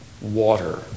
water